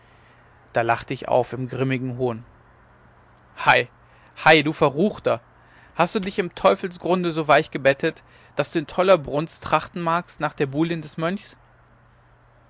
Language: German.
da lachte ich auf im grimmigen hohn hei hei du verruchter hast du dich im teufelsgrunde so weich gebettet daß du in toller brunst trachten magst nach der buhlin des mönchs